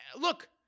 look